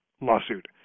lawsuit